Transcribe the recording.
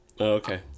Okay